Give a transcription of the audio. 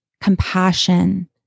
compassion